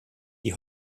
die